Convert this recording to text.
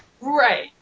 Right